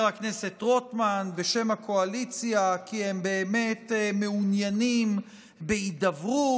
הכנסת רוטמן בשם הקואליציה כי הם באמת מעוניינים בהידברות,